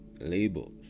labels